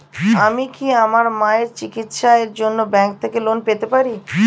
আমি কি আমার মায়ের চিকিত্সায়ের জন্য ব্যঙ্ক থেকে লোন পেতে পারি?